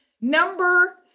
Number